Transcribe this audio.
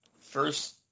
first